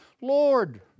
Lord